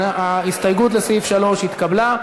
ההסתייגות לסעיף 3 התקבלה.